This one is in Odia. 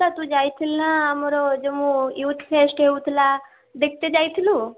ଏ ଲିସା ତୁ ଯାଇଥିଲୁନା ଆମର ଯୋଉଁ ୟୁଥ୍ ଫେଷ୍ଟ ହେଉଥିଲା ଦେଖତେ ଯାଇଥିଲୁ